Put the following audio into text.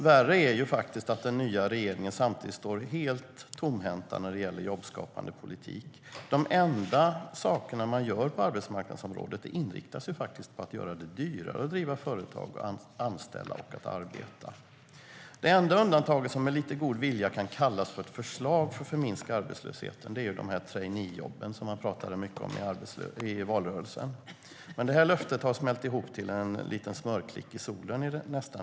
Värre är ju att den nya regeringen står helt tomhänt när det gäller jobbskapande politik. Det enda som man gör på arbetsmarknadsområdet inriktas på att faktiskt göra det dyrare att driva företag, att anställa och att arbeta. Det enda undantaget som med lite god vilja kan kallas för förslag för att minska arbetslösheten är traineejobben, som man pratade mycket om i valrörelsen. Men det löftet har i dag smält ihop till en liten smörklick i solen.